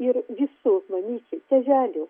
ir visų mamyčių tėvelių